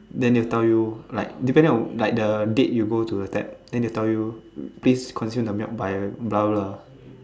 then they will tell you like depending on like the date you go to the tap then they will tell you please consume the milk by blah blah blah